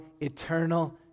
eternal